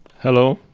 hello?